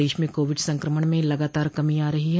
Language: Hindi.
प्रदेश में कोविड संक्रमण में लगातार कमी आ रही है